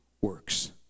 works